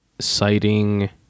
citing